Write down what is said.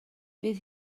bydd